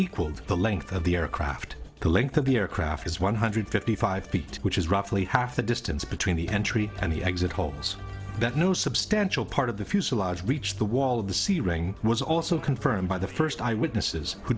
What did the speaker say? equal the length of the aircraft the length of the aircraft is one hundred fifty five feet which is roughly half the distance between the entry and the exit hole so that no substantial part of the fuselage breached the wall of the c ring was also confirmed by the first eyewitnesses who